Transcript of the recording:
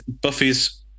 buffy's